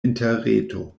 interreto